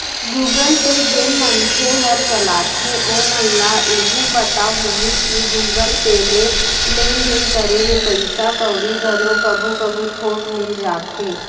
Google Pay जेन मनखे हर चलाथे ओमन ल एहू पता होही कि गुगल पे ले लेन देन करे ले पइसा कउड़ी घलो कभू कभू थोक मिल जाथे